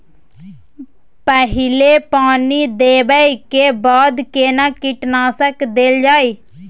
पहिले पानी देबै के बाद केना कीटनासक देल जाय?